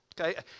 Okay